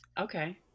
Okay